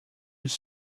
his